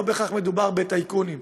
לא בהכרח מדובר בטייקונים.